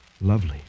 Lovely